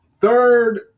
third